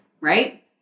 right